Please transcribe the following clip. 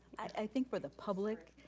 i think for the public.